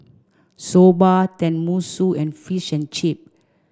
Soba Tenmusu and Fish and Chip